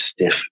stiff